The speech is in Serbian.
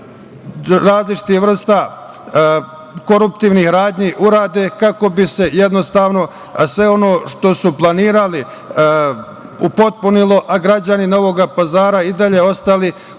različitih vrsta koruptivnih radnji urade kako bi se jednostavno sve ono što su planirali upotpunilo, a građani Novog Pazara i dalje ostali